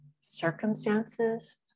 circumstances